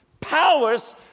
Powers